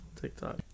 TikTok